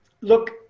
Look